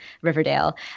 Riverdale